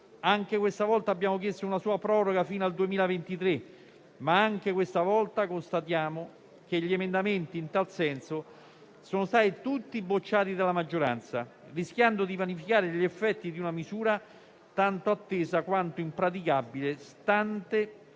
Anche questa volta abbiamo chiesto una sua proroga fino al 2023, ma anche in questo caso constatiamo che gli emendamenti in tal senso sono stati tutti bocciati dalla maggioranza, rischiando di vanificare gli effetti di una misura tanto attesa quanto impraticabile, stanti